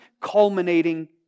culminating